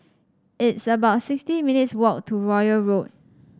it's about sixty minutes walk to Royal Road